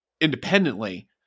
independently